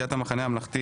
סיעת המחנה הממלכתי